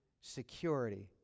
security